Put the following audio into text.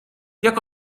jak